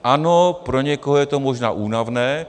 Ano, pro někoho je to možná únavné.